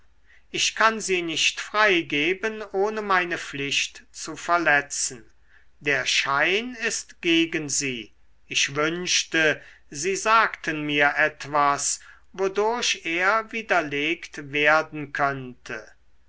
ich kann sie nicht freigeben ohne meine pflicht zu verletzen der schein ist gegen sie ich wünschte sie sagten mir etwas wodurch er widerlegt werden könnte